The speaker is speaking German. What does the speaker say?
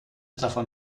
davon